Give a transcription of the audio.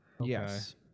Yes